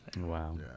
Wow